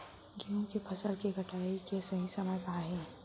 गेहूँ के फसल के कटाई के सही समय का हे?